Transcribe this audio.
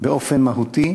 בהם באופן מהותי,